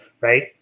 right